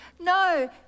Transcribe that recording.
no